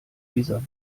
dieser